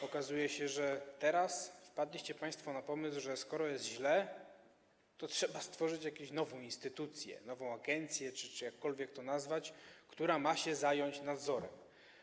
Okazuje się, że teraz wpadliście państwo na pomysł, że skoro jest źle, to trzeba stworzyć jakąś nową instytucję, nową agencję czy jakkolwiek to nazwać, która ma się zająć nadzorem.